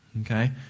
Okay